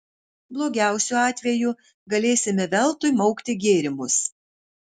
blogiausiu atveju galėsime veltui maukti gėrimus